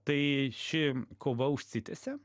tai ši kova užsitęsė